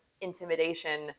intimidation